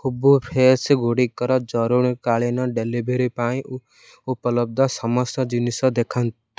ହୂଭୁ ଫେଶ୍ଗୁଡ଼ିକର ଜରୁରୀକାଳୀନ ଡେଲିଭେରି ପାଇଁ ଉପଲବ୍ଧ ସମସ୍ତ ଜିନିଷ ଦେଖାନ୍ତୁ